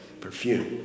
perfume